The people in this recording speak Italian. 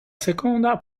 seconda